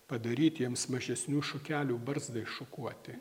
padaryt jiems mažesnių šukelių barzdai šukuoti